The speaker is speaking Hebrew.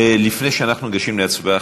לפני שאנחנו ניגשים להצבעה,